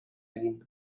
egin